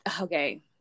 okay